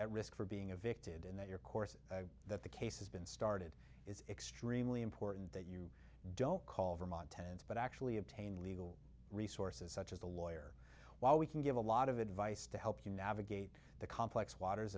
at risk for being a victim and that your course that the case has been started it's extremely important that you don't call vermont tents but actually obtain legal resources such as the lawyer while we can give a lot of advice to help you navigate the complex waters